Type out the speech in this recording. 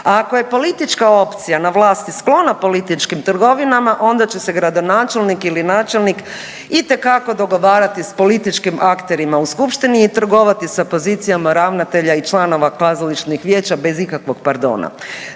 ako je politička opcija na vlasti sklona političkim trgovinama onda će se gradonačelnik ili načelnik itekako dogovarati s političkim akterima u skupštini i trgovati sa pozicijama ravnatelja i članova kazališnih vijeća bez ikakvog pardona.